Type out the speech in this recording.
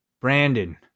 Brandon